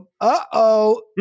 uh-oh